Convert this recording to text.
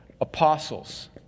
apostles